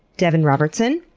devon robertson,